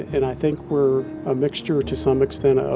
and i think we're a mixture, to some extent, um